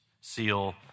SEAL